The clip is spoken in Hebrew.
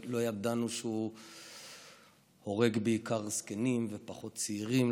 לא ידענו שהוא הורג בעיקר זקנים ופחות צעירים,